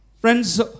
Friends